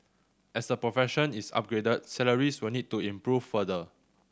as the profession is upgraded salaries will need to improve further